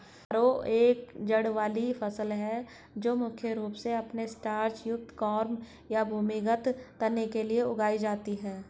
तारो एक जड़ वाली फसल है जो मुख्य रूप से अपने स्टार्च युक्त कॉर्म या भूमिगत तने के लिए उगाई जाती है